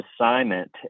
assignment